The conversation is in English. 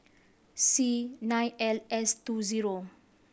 C nine L S two zero